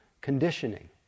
conditioning